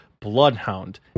Bloodhound